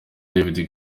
david